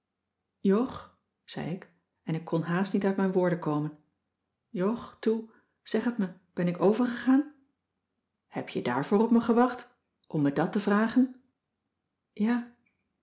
jog zei ik en ik kon haàst niet uit mijn woorden komen jog toe zeg het me ben ik overgegaan heb je daarvoor op me gewacht om me dat te vragen ja